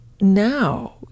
now